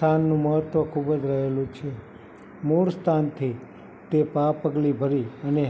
સ્થાનનું મહત્ત્વ ખૂબ જ રહેલું છે મૂળ સ્થાનથી તે પા પગલી ભરી અને